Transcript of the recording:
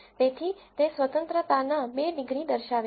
તેથી તે સ્વતંત્રતાના બે ડિગ્રી દર્શાવે છે